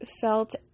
felt